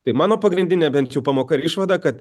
tai mano pagrindinė bent jų pamoka ir išvada kad